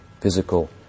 physical